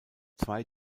zwei